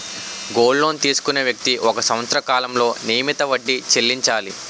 gold loan తీసుకునే వ్యక్తి ఒక సంవత్సర కాలంలో నియమిత వడ్డీ చెల్లించాలి